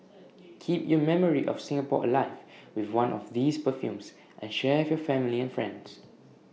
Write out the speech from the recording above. keep your memory of Singapore alive with one of these perfumes and share with your family and friends